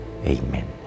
Amen